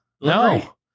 No